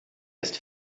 ist